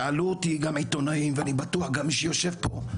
שאלו אותי גם עיתונאים ואני בטוח גם מי שיושב פה,